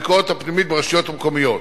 הביקורת הפנימית ברשויות המקומיות.